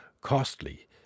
costly